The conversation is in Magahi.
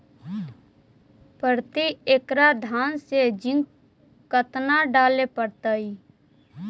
प्रती एकड़ धान मे जिंक कतना डाले पड़ताई?